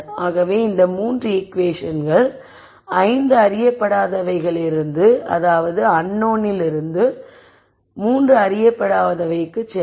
ஆகவே இந்த 3 ஈகுவேஷன்கள் 5 அறியப்படாதவையிலிருந்து 3 அறியப்படாதவைக்கு செல்லும்